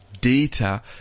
data